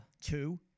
two